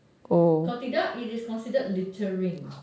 kalau tidak it is considered littering